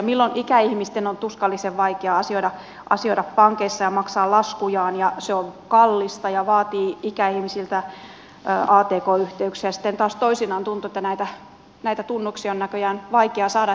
milloin ikäihmisten on tuskallisen vaikeaa asioida pankeissa ja maksaa laskujaan ja se on kallista ja vaatii ikäihmisiltä atk yhteyksiä sitten taas toisinaan tuntuu että näitä tunnuksia on näköjään vaikea saada